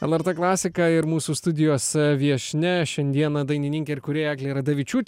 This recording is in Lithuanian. lrt klasika ir mūsų studijos viešnia šiandieną dainininkė ir kūrėja eglė radavičiūtė